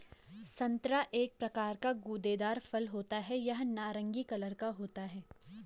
संतरा एक प्रकार का गूदेदार फल होता है यह नारंगी कलर का होता है